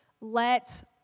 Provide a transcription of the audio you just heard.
Let